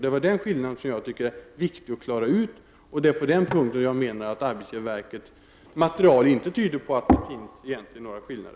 Det är den skillnaden som det är viktigt att klara ut, och det är på den punkten som jag menar att arbetsgivarverkets material inte tyder på att det finns några skillnader.